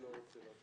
תודה.